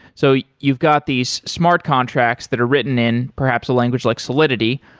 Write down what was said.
so you've got these smart contracts that are written in perhaps a language like solidity.